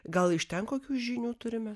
gal iš ten kokių žinių turime